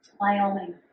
Wyoming